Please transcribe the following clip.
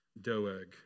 Doeg